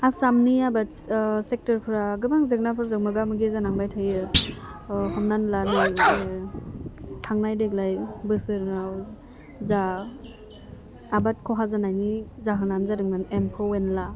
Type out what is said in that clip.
आसामनि आबाद सेक्टरफ्रा गोबां जेंनाफोरजों मोगा मोगि जानांबाय थायो हमनानै ला नै थांनाय देग्लाय बोसोराव जा आबाद खहा जानायनि जाहोनानो जादोंमोन एम्फौ एनला